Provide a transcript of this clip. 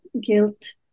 guilt